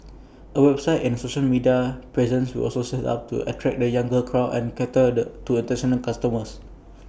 A website and social media presence was also set up to attract the younger crowd and cater to International customers